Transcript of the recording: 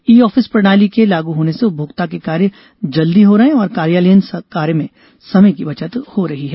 ई office प्रणाली के लागू होने से उपभोक्ताओं के कार्य जल्दी हो रहे है और कार्यालयीन कार्य में समय की बचत हो रही है